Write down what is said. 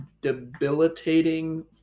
debilitating